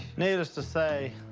needless to say,